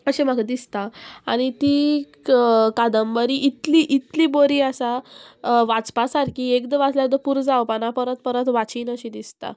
अशें म्हाका दिसता आनी ती कादंबरी इतली इतली बरी आसा वाचपा सारकी एकदां वाचल्या पुरो जावपाना परत परत वाचीन अशी दिसता